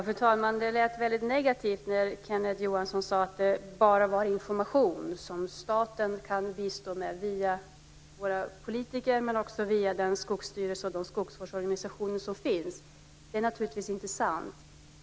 Fru talman! Det lät väldigt negativt när Kenneth Johansson sade att det var bara information som staten kan bistå med via politiker och via den skogsstyrelse och de skogsvårdsorganisationer som finns. Det är naturligtvis inte sant.